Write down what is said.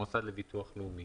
המוסד לביטוח לאומי.